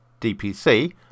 DPC